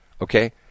Okay